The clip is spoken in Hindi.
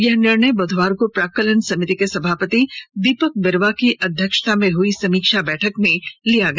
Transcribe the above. यह निर्णय बुधवार को प्राक्कलन समिति के सभापति दीपक बिरूआ की अध्यक्षता में हुई समीक्षा बैठक में लिया गया